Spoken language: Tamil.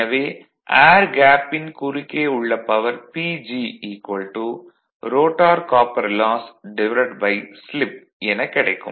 எனவே ஏர் கேப்பின் குறுக்கே உள்ள power PG rotor copper loss slip Rotor Copper LossSlip எனக் கிடைக்கும்